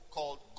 Called